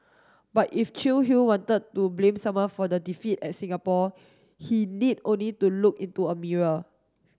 but if wanted to blame someone for the defeat at Singapore he need only to look into a mirror